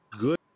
Good